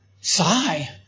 sigh